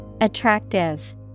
Attractive